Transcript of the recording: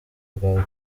bwa